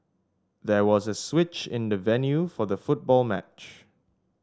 there was a switch in the venue for the football match